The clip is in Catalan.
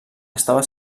estava